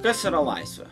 kas yra laisvė